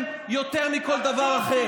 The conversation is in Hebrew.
אין לכם גבולות.